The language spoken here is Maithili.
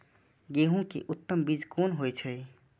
गेंहू के उत्तम बीज कोन होय छे?